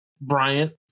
Bryant